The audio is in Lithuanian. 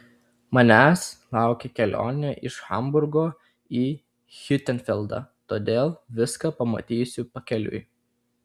manęs laukia kelionė iš hamburgo į hiutenfeldą todėl viską pamatysiu pakeliui